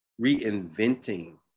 reinventing